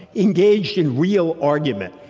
engaged in real argument.